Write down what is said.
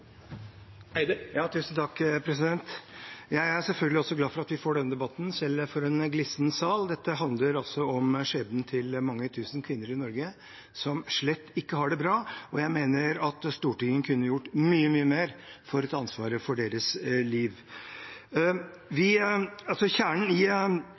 for en glissen sal. Dette handler om skjebnen til mange tusen kvinner i Norge, kvinner som slett ikke har det bra, og jeg mener at Stortinget kunne gjort mye, mye mer for å ta ansvaret for deres liv. Kjernen i